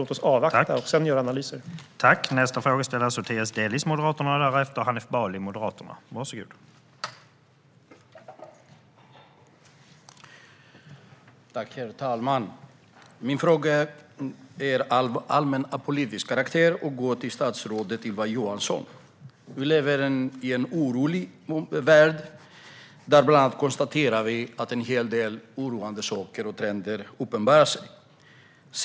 Låt oss avvakta och göra analyser senare.